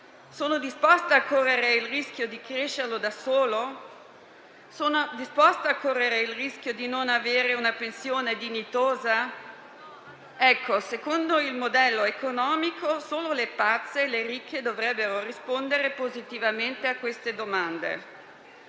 Sono disposta a correre il rischio di crescere mio figlio da sola? Sono disposta a correre il rischio di non avere una pensione dignitosa? Ebbene, secondo questo modello economico solo le pazze e le ricche dovrebbero rispondere positivamente a queste domande,